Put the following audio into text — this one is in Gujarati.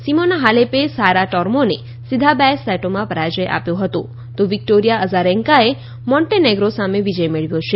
સીમોના હાલેપે સારા ટોર્મોને સીધા બે સેટોમાં પરાજય આપ્યો હતો તો વિક્ટોરીયા અઝારેન્કાએ મોંટેનેગ્રો સામે વિજય મેળવ્યો છે